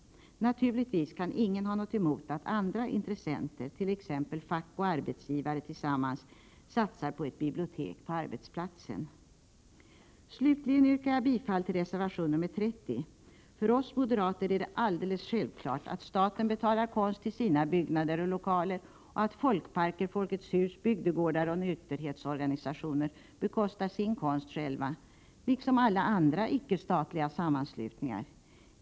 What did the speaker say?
Naturligtvis kan ingen ha något emot att olika intressenter, t.ex. fack och arbetsgivare tillsammans, satsar på ett bibliotek på arbetsplatsen. Vidare yrkar jag bifall till reservation 30. För oss moderater är det alldeles självklart att staten betalar konst till sina byggnader och lokaler samt att folkparker, Folkets hus, bygdegårdar och nykterhetsorganisationer bekostar sin konst själva liksom alla andra icke-statliga sammanslutningar.